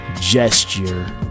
gesture